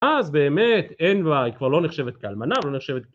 אז באמת אין לה, היא כבר לא נחשבת כאלמנה ולא נחשבת